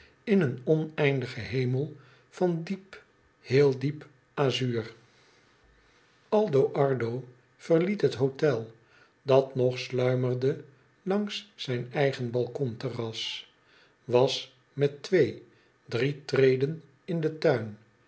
in een oneindigen hemel van diep heel diep azuur aldo ardo verliet het hotel dat nog sluimerde langs zijn eigen balkonterras was met twee drie treden in den tuin